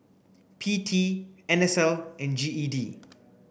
P T N S L and G E D